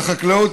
לחקלאות,